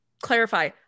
clarify